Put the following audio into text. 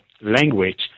language